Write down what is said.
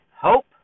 Hope